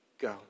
go